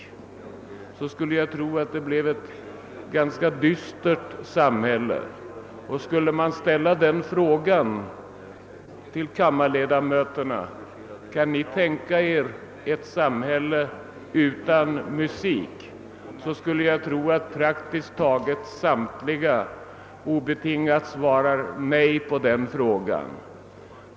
Jag skulle tro att praktiskt taget samtliga kammarledamöter skulle svara ett obetingat nej på frågan, om de kunde tänka sig ett samhälle utan musik.